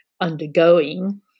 undergoing